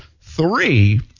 three